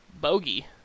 Bogey